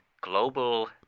global